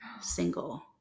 single